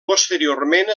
posteriorment